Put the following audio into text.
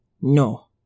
No